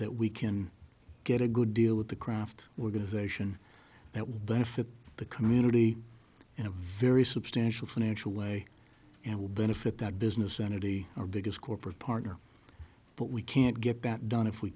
that we can get a good deal with the craft organization that will benefit the community in a very substantial financial way and will benefit that business entity our biggest corporate partner but we can't get that done if we